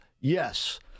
Yes